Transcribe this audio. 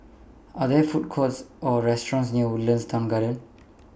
Are There Food Courts Or restaurants near Woodlands Town Garden